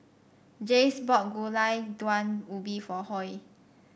Jase bought Gulai Daun Ubi for Hoy